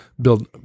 build